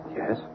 yes